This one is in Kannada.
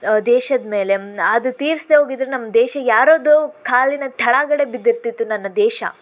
ದೇಶದಮೇಲೆ ಅದು ತೀರಿಸದೆ ಹೋಗಿದ್ದರೆ ನಮ್ಮ ದೇಶ ಯಾರದ್ದೋ ಕಾಲಿನ ಕೆಳಗಡೆ ಬಿದ್ದಿರ್ತಿತ್ತು ನನ್ನ ದೇಶ